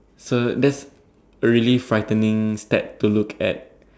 so that's really frightening Stat to look at